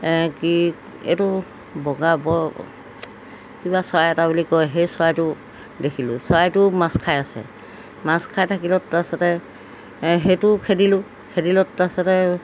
কি এইটো বগা বৰ কিবা চৰাই এটা বুলি কয় সেই চৰাইটো দেখিলোঁ চৰাইটোও মাছ খাই আছে মাছ খাই থাকিলত তাৰপিছতে সেইটোও খেদিলোঁ খেদিলত তাৰপিছতে